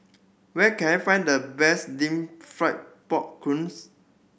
where can I find the best deep fried pork